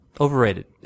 Overrated